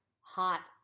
hot